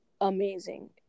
amazing